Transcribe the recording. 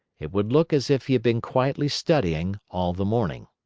it would look as if he had been quietly studying all the morning.